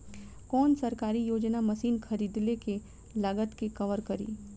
कौन सरकारी योजना मशीन खरीदले के लागत के कवर करीं?